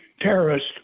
terrorist